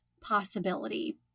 possibility